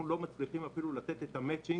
תמיד היא במיטת סדום.